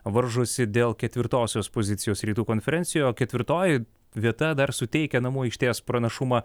varžosi dėl ketvirtosios pozicijos rytų konferencijoje o ketvirtoji vieta dar suteikia namų aikštės pranašumą